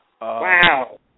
Wow